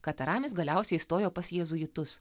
kad aramis galiausiai įstojo pas jėzuitus